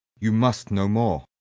you must no more.